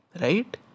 Right